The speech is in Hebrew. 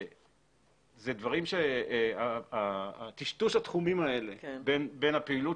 זה דברים שטשטוש התחומים האלה בין הפעילות